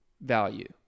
value